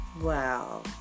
Wow